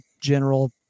general